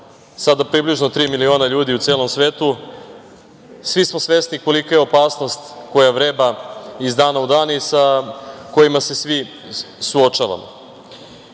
sada približno tri miliona ljudi u celom svetu, svi smo svesni kolika je opasnost koja vreba iz dana u dan i sa kojima se svi suočavamo. Ono